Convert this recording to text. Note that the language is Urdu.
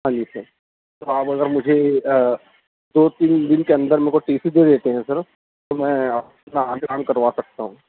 ہاں جی سر تو آپ اگر مجھے دو تین دن کے اندر مجھے ٹی سی دے دیتے ہیں سر تو میں اپنا آگے کام کروا سکتا ہوں